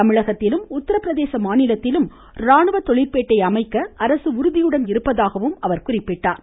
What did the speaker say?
தமிழகத்திலும் உத்தரப்பிரதேச மாநிலத்திலும் ராணுவ தொழிற்பேட்டை அமைக்க அரசு உறுதியுடன் இருப்பதாகவும் குறிப்பிட்டார்